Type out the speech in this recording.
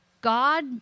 God